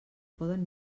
poden